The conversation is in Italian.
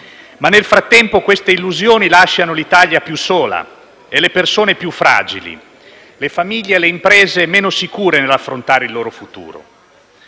ma nel frattempo queste illusioni lasciano l'Italia più sola e le persone più fragili; lasciano le famiglie e le imprese meno sicure nell'affrontare il loro futuro.